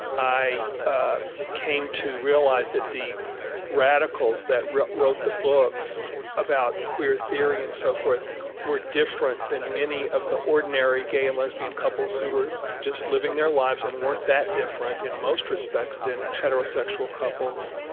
i ah came to realize that the radicals that wrote wrote the books about queer theory and so forth were different than many of the ordinary gay and lesbian couples who were just living their lives and weren't that different in most respects than heterosexual couples.